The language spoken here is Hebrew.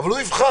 אבל, הוא יבחר.